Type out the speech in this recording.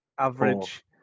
average